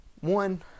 One